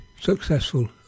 successful